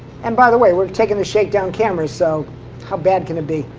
and by the way, we're taking the shakedown cameras. so how bad can it be?